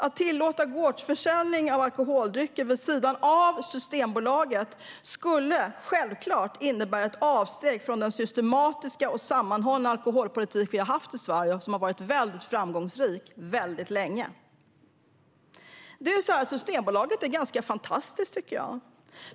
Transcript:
Att tillåta gårdsförsäljning av alkoholdrycker vid sidan av Systembolaget skulle självklart innebära ett avsteg från den systematiska och sammanhållna alkoholpolitik vi har haft i Sverige och som har varit väldigt framgångsrik väldigt länge. Systembolaget är ganska fantastiskt, tycker jag.